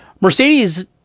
Mercedes